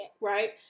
right